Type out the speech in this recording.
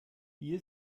hier